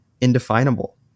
indefinable